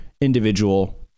individual